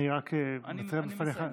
אני רק אציין בפניך,